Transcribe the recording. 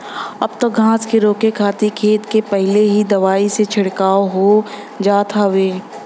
अब त घास के रोके खातिर खेत में पहिले ही दवाई के छिड़काव हो जात हउवे